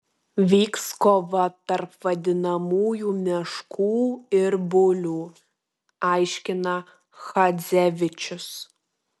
vyks kova tarp vadinamųjų meškų ir bulių aiškina chadzevičius